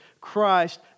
Christ